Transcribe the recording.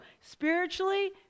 spiritually